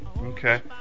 Okay